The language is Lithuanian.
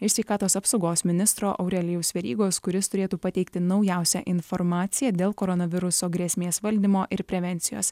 iš sveikatos apsaugos ministro aurelijaus verygos kuris turėtų pateikti naujausią informaciją dėl koronaviruso grėsmės valdymo ir prevencijos